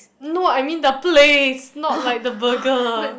no I mean the place not like the burger